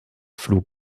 flug